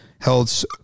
held